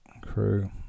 crew